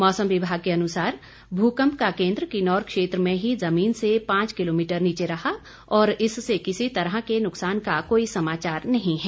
मौसम विभाग के अनुसार भूकंप का केंद्र किन्नौर क्षेत्र में ही जमीन से पांच किलोमीटर नीचे रहा और इससे किसी तरह के नुकसान का कोई समाचार नहीं है